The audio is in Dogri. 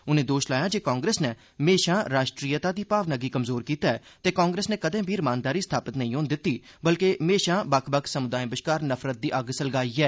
उनें दोश लाया जे कांग्रेस नै म्हेशां राश्ट्रीयता दी भावना गी कमजोर कीता ऐ ते कांग्रेस नै कदें बी शांति स्थापत नेईं होन दित्ती बलके म्हेशां बक्ख बक्ख समुदाएं बश्कार नफरत दी अग्ग सलगाई ऐ